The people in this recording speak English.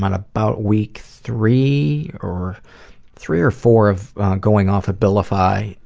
about week three or three or four of going off ambilify,